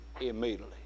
immediately